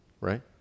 right